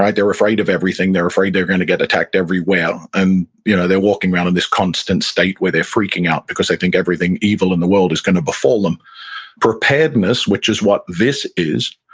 they're afraid of everything. they're afraid they're going to get attacked everywhere. and you know they're walking around in this constant state where they're freaking out because they think everything evil in the world is going to befall them preparedness, which is what this is,